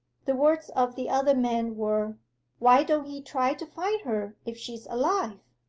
the words of the other man were why don't he try to find her if she's alive?